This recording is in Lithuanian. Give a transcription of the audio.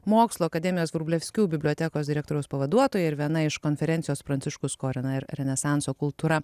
mokslų akademijos vrublevskių bibliotekos direktoriaus pavaduotoja ir viena iš konferencijos pranciškus skorina ir renesanso kultūra